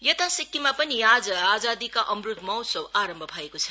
यता सिक्किममा पनि आज आजादी का अमरूद महोत्सव आरम्भ भएको छ